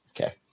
Okay